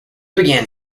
began